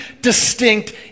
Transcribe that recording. distinct